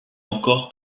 encore